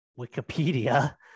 Wikipedia